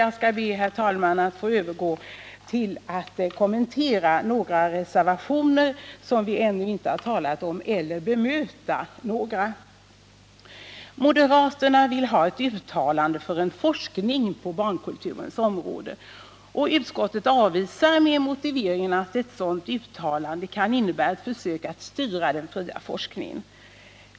Jag skall i stället bemöta några reservationer som inte berörts i debatten. I den moderata reservationen nr 1 begärs ett uttalande för forskning på barnkulturområdet. Utskottet avvisar det förslaget med motiveringen att ett sådant uttalande kan uppfattas som ett försök att styra den fria forskningen.